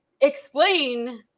explain